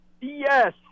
Yes